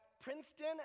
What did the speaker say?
Princeton